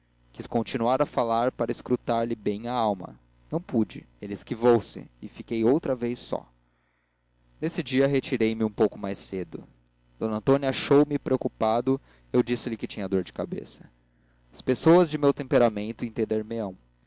quis continuar a falar para escrutar lhe bem a alma não pude ele esquivou-se e fiquei outra vez só nesse dia retirei-me um pouco mais cedo d antônia achou me preocupado eu disse-lhe que tinha dor de cabeça as pessoas de meu temperamento